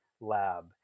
lab